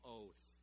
oath